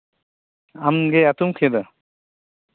ᱟᱢᱜᱮ ᱟᱹᱛᱩ ᱢᱩᱠᱷᱤᱭᱟᱹ ᱫᱚ